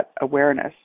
awareness